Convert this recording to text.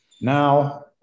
now